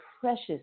precious